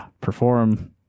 perform